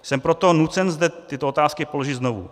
Jsem proto nucen zde tyto otázky položit znovu.